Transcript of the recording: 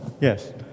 Yes